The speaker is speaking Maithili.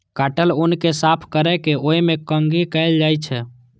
काटल ऊन कें साफ कैर के ओय मे कंघी कैल जाइ छै